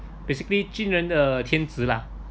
basically 军人的天职 lah